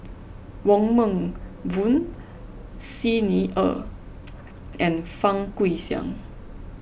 Wong Meng Voon Xi Ni Er and Fang Guixiang